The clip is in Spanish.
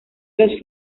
los